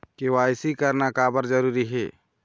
KYC करना का बर जरूरी हे?